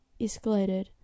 escalated